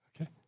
Okay